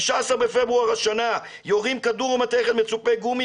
15 בפברואר השנה יורים כדור ממתכת מצופה גומי